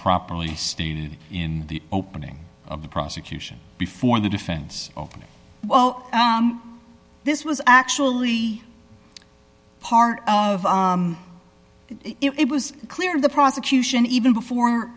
properly stated in the opening of the prosecution before the defense well this was actually part of it was clear the prosecution even before